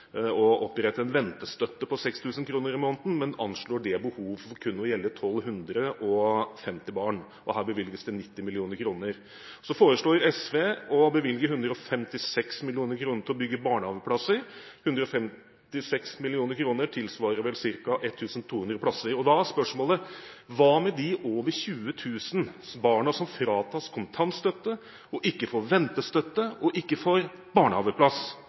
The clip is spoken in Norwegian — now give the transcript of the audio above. å opprette en ventestøtte på 6 000 kr i måneden, men anslår dette behovet til kun å gjelde 1 250 barn. Her bevilges det 90 mill. kr. SV foreslår å bevilge 156 mill. kr til å bygge barnehageplasser, og 156 mill. kr tilsvarer ca. 1 200 plasser. Da er spørsmålet: Hva med de over 20 000 barna som fratas kontantstøtte, og ikke får ventestøtte og ikke får barnehageplass?